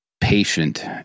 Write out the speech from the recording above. patient